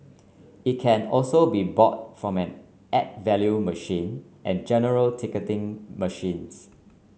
it can also be bought from add value machine and general ticketing machines